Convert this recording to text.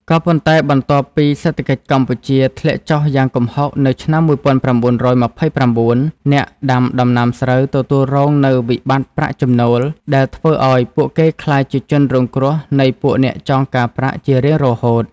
ក៏ប៉ុន្តែបន្ទាប់ពី សេដ្ឋកិច្ចកម្ពុជាធ្លាក់ចុះយ៉ាងគំហុកនៅឆ្នាំ១៩២៩ អ្នកដាំដំណាំស្រូវទទួលរងនូវវិបត្តិប្រាក់ចំណូល ដែលធ្វើអោយពួកគេក្លាយជាជនរងគ្រោះនៃពួកអ្នកចងកាប្រាក់ជារៀងរហូត ។